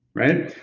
right?